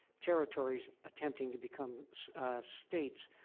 territories attempting to become states,